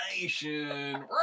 nation